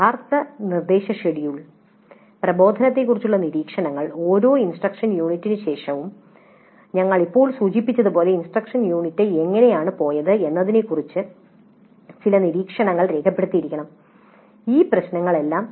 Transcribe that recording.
യഥാർത്ഥ നിർദ്ദേശ ഷെഡ്യൂൾ പ്രബോധനത്തെക്കുറിച്ചുള്ള നിരീക്ഷണങ്ങൾ ഓരോ ഇൻസ്ട്രക്ഷണൽ യൂണിറ്റിനുശേഷവും ഞങ്ങൾ ഇപ്പോൾ സൂചിപ്പിച്ചതുപോലെ ഇൻസ്ട്രക്ഷൻ യൂണിറ്റ് എങ്ങനെയാണ് പോയത് എന്നതിനെക്കുറിച്ച് ചില നിരീക്ഷണങ്ങൾ രേഖപ്പെടുത്തിയിരിക്കണം ഈ പ്രശ്നങ്ങളെല്ലാം